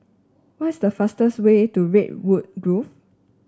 what is the fastest way to Redwood Grove